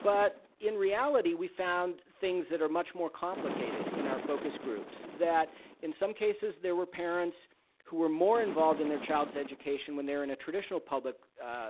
but in reality we found things that are much more complicated in our focus groups that in some cases there were parents who were more involved in their child's education when they're in a traditional public